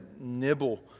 nibble